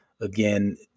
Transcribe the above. Again